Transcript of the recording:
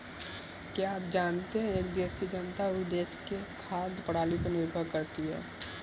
क्या आप जानते है एक देश की जनता उस देश की खाद्य प्रणाली पर निर्भर करती है?